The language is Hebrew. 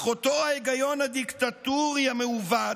אך אותו ההיגיון הדיקטטורי המעוות,